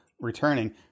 returning